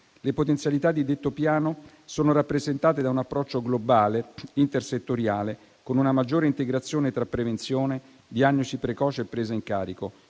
Le potenzialità di detto piano sono rappresentate da un approccio globale intersettoriale, con una maggiore integrazione tra prevenzione, diagnosi precoce e presa in carico,